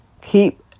Keep